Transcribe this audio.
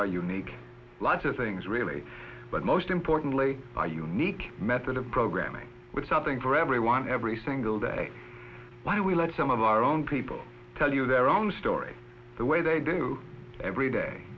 jr unique lots of things really but most importantly are unique method of programming with something for everyone every single day why do we let some of our own people tell you their own story the way they do every day